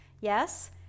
yes